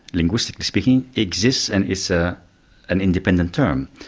linguistically speaking, exists and is ah an independent term.